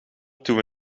toen